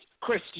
Chris